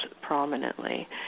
prominently